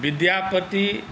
Vidyapati